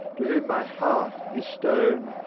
to whom my heart is stone,